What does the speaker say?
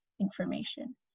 information